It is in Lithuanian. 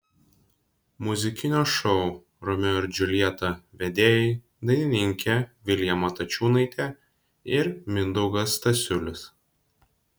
muzikinio šou romeo ir džiuljeta vedėjai dainininkė vilija matačiūnaitė ir mindaugas stasiulis